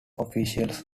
officials